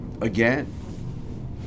again